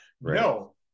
No